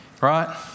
right